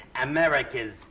America's